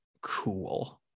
cool